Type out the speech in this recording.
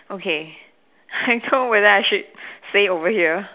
okay I don't know whether I should say it over here